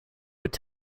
would